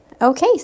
Okay